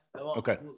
Okay